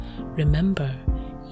Remember